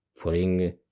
putting